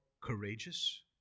courageous